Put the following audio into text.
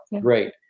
Great